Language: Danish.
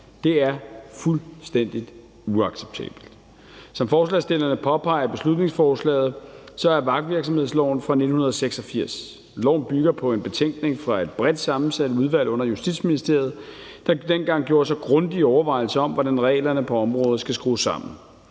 Det er fuldstændig uacceptabelt. Som forslagsstillerne påpeger i beslutningsforslaget, er vagtvirksomhedsloven fra 1986. Loven bygger på en betænkning fra et bredt sammensat udvalg under Justitsministeriet, der dengang gjorde sig grundige overvejelser om, hvordan reglerne på området skulle skrues sammen.